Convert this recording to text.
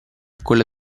quella